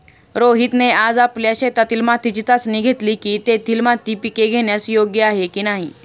रोहितने आज आपल्या शेतातील मातीची चाचणी घेतली की, तेथील माती पिके घेण्यास योग्य आहे की नाही